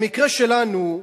במקרה שלנו,